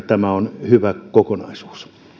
tämä on hyvä kokonaisuus